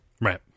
Right